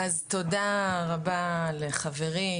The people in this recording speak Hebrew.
תודה רבה לחברי,